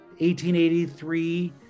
1883